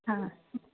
હા